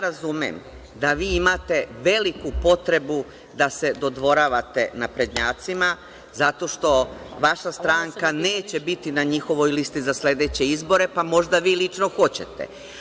Razumem ja da vi imate veliku potrebu da se dodvoravate naprednjacima, zato što vaša stranka neće biti na njihovoj listi za sledeće izbore, pa možda vi lično hoćete.